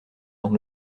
dans